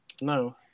No